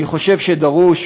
אני חושב שדרוש